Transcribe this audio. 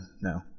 no